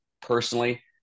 personally